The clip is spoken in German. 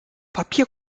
papier